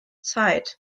zeit